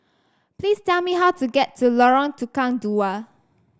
please tell me how to get to Lorong Tukang Dua